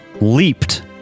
leaped